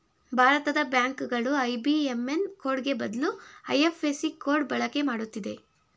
ಭಾರತದ ಬ್ಯಾಂಕ್ ಗಳು ಐ.ಬಿ.ಎಂ.ಎನ್ ಕೋಡ್ಗೆ ಬದಲು ಐ.ಎಫ್.ಎಸ್.ಸಿ ಕೋಡ್ ಬಳಕೆ ಮಾಡುತ್ತಿದೆ